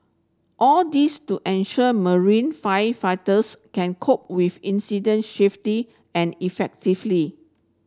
all this to ensure marine firefighters can cope with incident swiftly and effectively